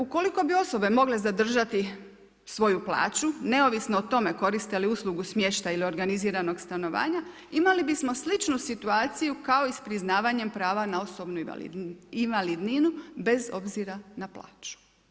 Ukoliko bi osobe mogle zadržati svoju plaću neovisno o tome koriste li uslugu smještaja ili organiziranog stanovanja, imali bismo sličnu situaciju kao i s priznavanjem prava na osobnu invalidninu bez obzira na plaću.